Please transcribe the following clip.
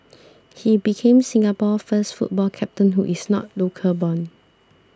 he became Singapore's first football captain who is not local born